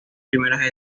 primeras